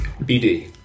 BD